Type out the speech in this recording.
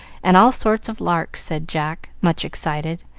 and all sorts of larks, said jack, much excited,